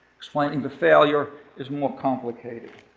explaining the failure is more complicated.